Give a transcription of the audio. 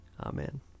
Amen